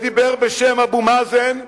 ודיבר בשם אבו מאזן,